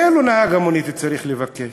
מהם נהג המונית צריך לבקש.